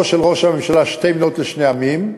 של ראש הממשלה "שתי מדינות לשני עמים",